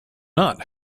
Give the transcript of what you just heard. not